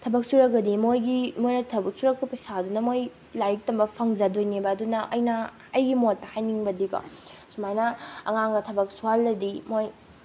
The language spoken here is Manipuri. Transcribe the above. ꯊꯕꯛ ꯁꯨꯔꯒꯗꯤ ꯃꯣꯏꯒꯤ ꯃꯣꯏꯅ ꯊꯕꯛ ꯁꯨꯔꯛꯄ ꯄꯩꯁꯥꯗꯨꯅ ꯃꯣꯏ ꯂꯥꯏꯔꯤꯛ ꯇꯝꯕ ꯐꯪꯖꯗꯣꯏꯅꯦꯕ ꯑꯗꯨꯅ ꯑꯩꯅ ꯑꯩꯒꯤ ꯃꯣꯠꯇ ꯍꯥꯏꯅꯤꯡꯕꯗꯤꯀꯣ ꯁꯨꯃꯥꯏꯅ ꯑꯉꯥꯡꯗ ꯊꯕꯛ ꯁꯨꯍꯟꯂꯗꯤ ꯃꯣꯏ